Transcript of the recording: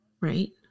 right